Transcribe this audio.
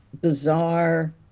bizarre